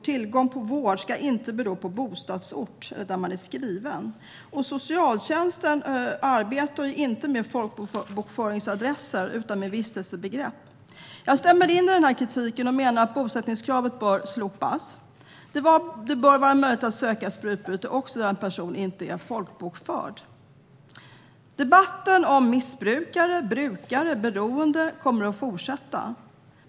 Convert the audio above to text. Tillgång till vård ska inte bero på bostadsort och på var man är skriven. Socialtjänsten arbetar inte med folkbokföringsadresser utan med vistelsebegrepp. Jag stämmer in i kritiken och menar att bosättningskravet bör slopas. Det bör vara möjligt att söka sprututbyte också där man inte är folkbokförd. Debatten om missbrukare, brukare och beroende kommer att fortsätta.